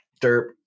Derp